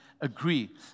Agree